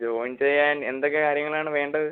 join ചെയ്യാൻ എന്തൊക്കെ കാര്യങ്ങളാണ് വേണ്ടത്